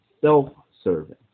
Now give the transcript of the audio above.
self-serving